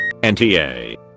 NTA